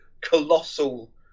colossal